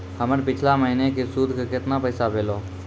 हमर पिछला महीने के सुध के केतना पैसा भेलौ?